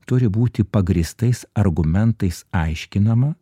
turi būti pagrįstais argumentais aiškinama